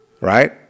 right